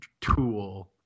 tool